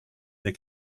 they